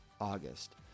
august